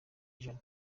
ijana